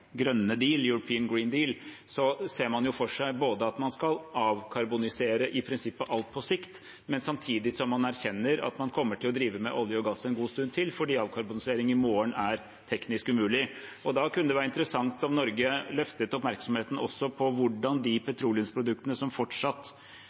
grønne deal, European Green Deal, ser man for seg at man i prinsippet skal avkarbonisere alt på sikt, samtidig som man erkjenner at man kommer til å drive med olje og gass en god stund til fordi avkarbonisering i morgen er teknisk umulig. Da kunne det være interessant om Norge løftet oppmerksomheten også på hvordan de